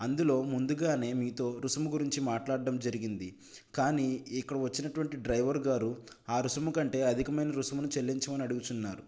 అందులో ముందుగానే మీతో రుసుము గురించి మాట్లాడడం జరిగింది కాని ఇక్కడ వచ్చినటువంటి డ్రైవర్ గారు ఆ రుసుము కంటే అధికమైన రుసుమును చెల్లించమని అడుగుతున్నారు